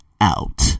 out